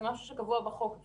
זה משהו שקבוע בחוק.